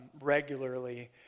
regularly